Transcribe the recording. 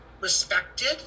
respected